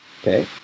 Okay